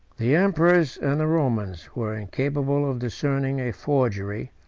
the emperors, and the romans, were incapable of discerning a forgery,